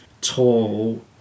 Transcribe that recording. tall